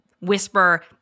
whisper